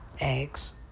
Eggs